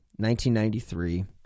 1993